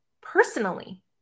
personally